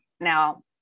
now